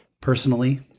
Personally